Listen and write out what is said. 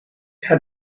had